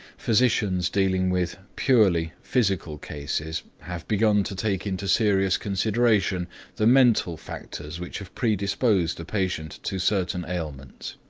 physicians dealing with purely physical cases have begun to take into serious consideration the mental factors which have predisposed a patient to certain ailments.